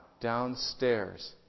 downstairs